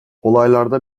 olaylarda